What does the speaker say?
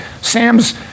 Sam's